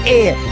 air